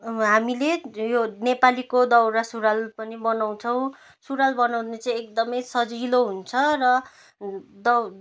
हामीले यो नेपालीको दौरा सुरुवाल पनि बनाउँछौँ सुरुवाल बनाउनु चाहिँ एकदम सजिलो हुन्छ र दौ